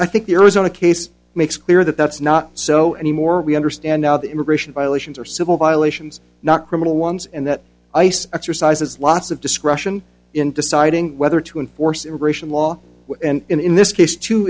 i think the arizona case makes clear that that's not so anymore we understand now that immigration violations are civil violations not criminal ones and that ice exercises lots of discretion in deciding whether to enforce immigration law and in this case t